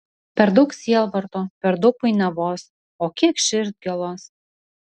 per daug sielvarto per daug painiavos o kiek širdgėlos